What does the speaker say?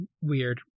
weird